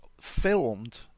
filmed